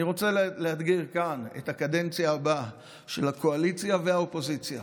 אני רוצה לאתגר כאן את הקדנציה הבאה של הקואליציה והאופוזיציה.